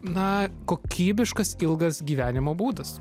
na kokybiškas ilgas gyvenimo būdas